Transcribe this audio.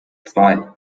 zwei